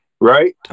Right